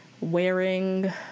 wearing